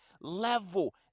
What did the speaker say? level